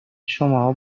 شماها